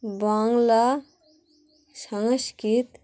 বাংলা সংস্কৃতি